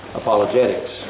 apologetics